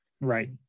Right